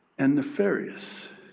and nefarious,